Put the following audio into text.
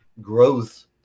growth